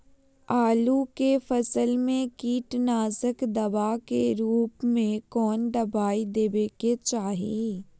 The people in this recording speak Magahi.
आलू के फसल में कीटनाशक दवा के रूप में कौन दवाई देवे के चाहि?